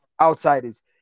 outsiders